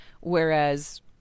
Whereas